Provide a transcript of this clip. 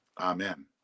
amen